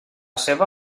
seva